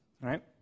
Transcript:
right